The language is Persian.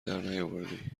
درنیاوردی